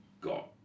got